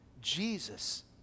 Jesus